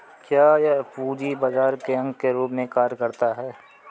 क्या यह पूंजी बाजार के अंग के रूप में कार्य करता है?